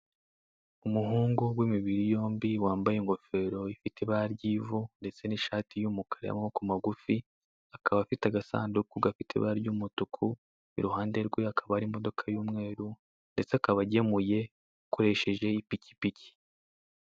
Umuhungu w'imibiri yombi wambaye ingofero ifite ibara ry'ivu ndetse n'ishati y'umukara y'amaboko magufi, akaba afite agasanduku gafite ibara ry'umutuku iruhande rwe hakaba hari imodoka y'umweru ndetse akaba agemuye akoresheje ipikipiki.